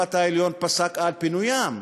בית-המשפט העליון פסק על פינוים,